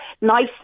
nice